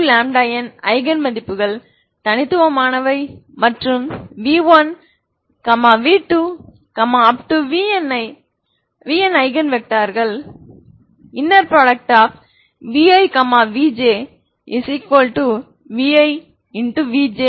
n eigen மதிப்புகள் தனித்துவமானவை மற்றும் v1 v2 vn ஐகன் வெக்டார்கள் vi vj vi